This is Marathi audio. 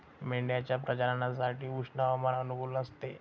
मेंढ्यांच्या प्रजननासाठी उष्ण हवामान अनुकूल नसते